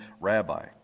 Rabbi